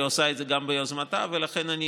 היא עושה את זה גם ביוזמתה, ולכן אני